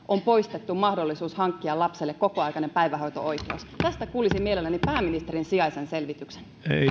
on poistettu mahdollisuus hankkia lapselle kokoaikainen päivähoito oikeus tästä kuulisin mielelläni pääministerin sijaisen selvityksen